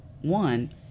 one